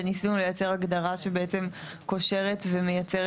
וניסינו לייצר הגדרה שבעצם קושרת ומייצרת